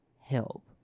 help